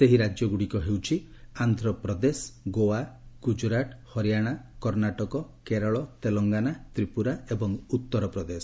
ସେହି ରାଜ୍ୟଗୁଡ଼ିକ ହେଉଛି ଆନ୍ଧ୍ରପ୍ରଦେଶ ଗୋଆ ଗୁଜୁରାଟ୍ ହରିୟାଣା କର୍ଷ୍ଣାଟକ କେରଳ ତେଲଙ୍ଗାନା ତ୍ରିପୁରା ଏବଂ ଉଉର ପ୍ରଦେଶ